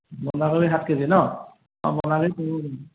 বন্ধাকবি সাত কে জি ন অঁ বন্ধাকবি হ'ব